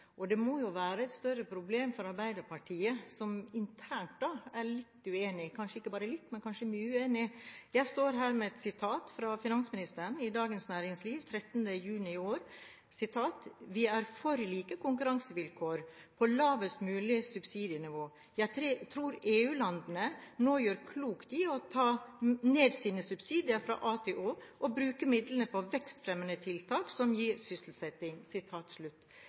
og det må jo være et større problem for Arbeiderpartiet, som internt er litt uenig – kanskje ikke bare litt, men kanskje mye uenig. Jeg står her med et sitat fra finansministeren i Dagens Næringsliv 13. juni i år: «Vi er for like konkurransevilkår på lavest mulig subsidienivå. Jeg tror EU-landene nå gjør klokt i å ta ned sine subsidier fra A til Å og bruke midlene på vekstfremmende tiltak som gir sysselsetting.»